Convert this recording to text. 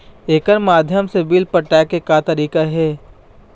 एकर माध्यम से बिल पटाए के का का तरीका हे?